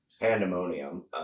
Pandemonium